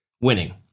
winning